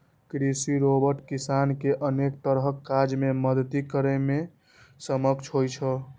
कृषि रोबोट किसान कें अनेक तरहक काज मे मदति करै मे सक्षम होइ छै